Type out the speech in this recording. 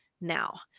now